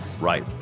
Right